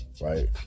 right